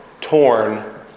torn